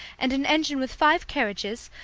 and an engine with five carriages,